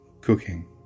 cooking